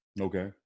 Okay